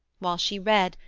while she read,